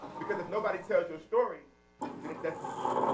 because if nobody tells your story then it doesn't exist.